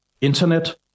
internet